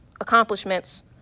accomplishments